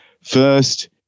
first